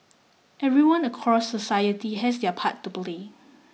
everyone across society has their part to play